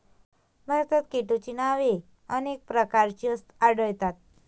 भारतात केटोची नावे अनेक प्रकारची आढळतात